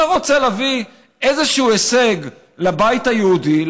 אתה רוצה להביא איזשהו הישג לבית היהודי,